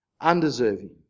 undeserving